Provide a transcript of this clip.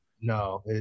No